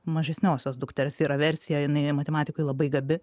mažesniosios dukters yra versija jinai matematikoj labai gabi